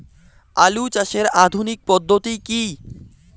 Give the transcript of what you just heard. আলু চাষের আধুনিক পদ্ধতি কি?